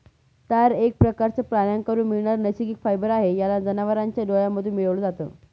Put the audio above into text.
तार एक प्रकारचं प्राण्यांकडून मिळणारा नैसर्गिक फायबर आहे, याला जनावरांच्या डोळ्यांमधून मिळवल जात